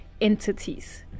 entities